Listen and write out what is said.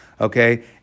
okay